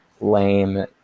lame